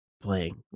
playing